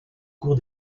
cours